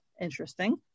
interesting